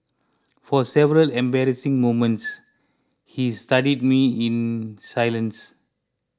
for several embarrassing moments he studied me in silence